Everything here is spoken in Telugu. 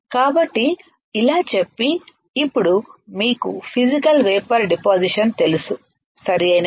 కాబట్టి ఇలా చెప్పి ఇప్పుడు మీకు ఫిసికల్ వేపర్ డిపాసిషన్ తెలుసు సరియైనదా